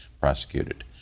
prosecuted